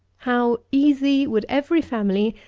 how easy would every family,